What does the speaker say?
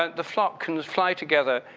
the flock can fly together,